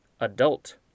Adult